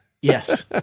Yes